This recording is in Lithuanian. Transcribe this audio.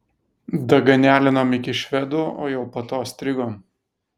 daganialinom iki švedų o jau po to strigom